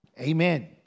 Amen